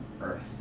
earth